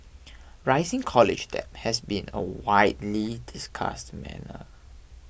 rising college debt has been a widely discussed matter